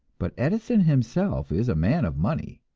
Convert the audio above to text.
but edison himself is a man of money,